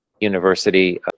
University